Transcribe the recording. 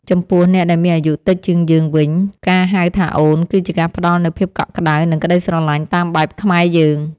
ចំពោះអ្នកដែលមានអាយុតិចជាងយើងវិញ ការហៅថាអូនគឺជាការផ្ដល់នូវភាពកក់ក្តៅនិងក្ដីស្រឡាញ់តាមបែបខ្មែរយើង។